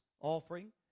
offering